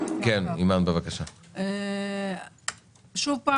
אדגיש שוב,